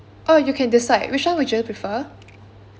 oh you can decide which one would you prefer